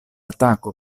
atako